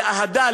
לאהדה,